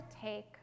take